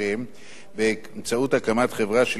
באמצעות הקמת חברה שלידיה יועברו כלל